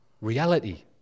reality